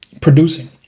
producing